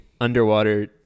underwater